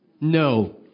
no